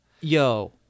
yo